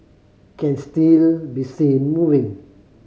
can still be seen moving